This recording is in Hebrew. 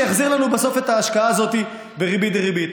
שיחזיר לנו בסוף את ההשקעה הזאת בריבית דריבית,